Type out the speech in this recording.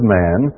man